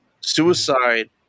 Suicide